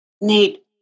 Nate